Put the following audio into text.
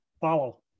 follow